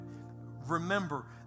Remember